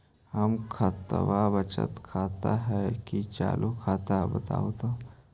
हमर खतबा बचत खाता हइ कि चालु खाता, बताहु तो?